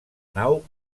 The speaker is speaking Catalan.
nau